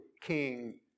king